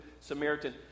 Samaritan